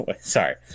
sorry